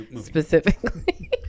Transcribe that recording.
specifically